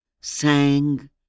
sang